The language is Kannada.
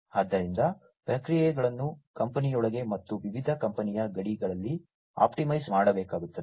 ಆದ್ದರಿಂದ ಪ್ರಕ್ರಿಯೆಗಳನ್ನು ಕಂಪನಿಯೊಳಗೆ ಮತ್ತು ವಿವಿಧ ಕಂಪನಿಯ ಗಡಿಗಳಲ್ಲಿ ಆಪ್ಟಿಮೈಸ್ ಮಾಡಬೇಕಾಗುತ್ತದೆ